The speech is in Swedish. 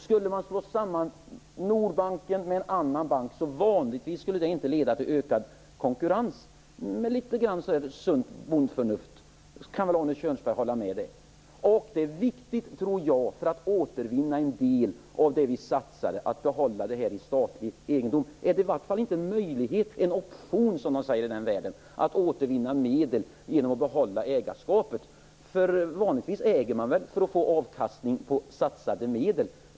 Skulle man slå samman Nordbanken med en annan bank skulle det vanligtvis inte leda till ökad konkurrens. Med litet grand av sunt bondförnuft kan väl Arne Kjörnsberg hålla med om det. Och det är viktigt, tror jag, att behålla det här i statlig ägo för att vi skall kunna återvinna en del av det vi satsade. Är det i varje fall inte en möjlighet - en option, som man säger i den världen - att återvinna medel genom att behålla ägarskapet? Vanligtvis äger man väl för att få avkastning på satsade medel.